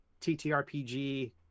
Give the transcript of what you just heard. TTRPG